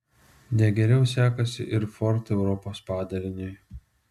ne geriau sekasi ir ford europos padaliniui